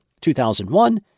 2001